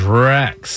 Drex